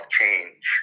change